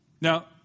Now